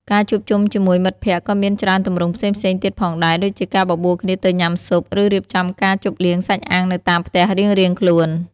ការជួបជុំជាមួយមិត្តភក្តិក៏មានច្រើនទម្រង់ផ្សេងៗទៀតផងដែរ ដូចជាការបបួលគ្នាទៅញ៉ាំស៊ុប ឬរៀបចំការជប់លៀងសាច់អាំងនៅតាមផ្ទះរៀងៗខ្លួន។